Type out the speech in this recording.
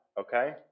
okay